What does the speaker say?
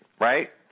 right